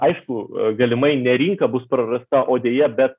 aišku galimai ne rinka bus prarasta o deja bet